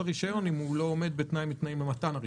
הרישיון אם הוא לא עומד בתנאי מהתנאים למתן הרישיון.